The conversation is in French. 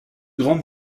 grande